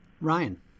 Ryan